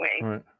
right